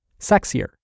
sexier